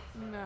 No